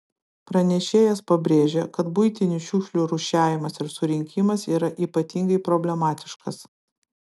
pranešėjas pabrėžė kad buitinių šiukšlių rūšiavimas ir surinkimas yra ypatingai problematiškas